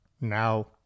now